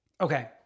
Okay